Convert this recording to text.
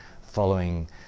following